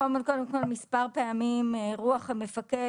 קודם כול, נאמר מספר פעמים "רוח המפקד".